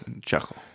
chuckle